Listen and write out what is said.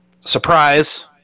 surprise